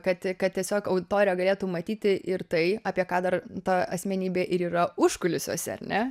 kad kad tiesiog auditorija galėtų matyti ir tai apie ką dar ta asmenybė ir yra užkulisiuose ar ne